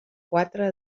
quatre